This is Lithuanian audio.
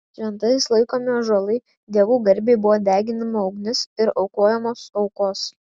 šventais laikomi ąžuolai dievų garbei buvo deginama ugnis ir aukojamos aukos